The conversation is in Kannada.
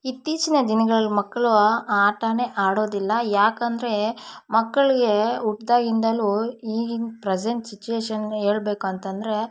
ಇತ್ತೀಚಿನ ದಿನಗಳಲ್ಲಿ ಮಕ್ಕಳು ಆಟ ಆಡೋದಿಲ್ಲ ಯಾಕಂದರೆ ಮಕ್ಕಳಿಗೆ ಹುಟ್ದಾಗಿಂದಲೂ ಈಗಿನ ಪ್ರೆಸೆಂಟ್ ಸಿಚ್ಯುಯೇಶನ್ ಹೇಳ್ಬೇಕಂತಂದ್ರೆ